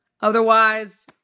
Otherwise